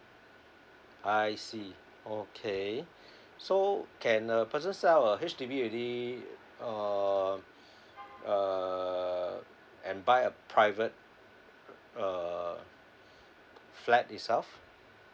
I see okay so can a person sell a H_D_B already uh uh and buy a private uh flat itself